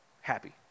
happy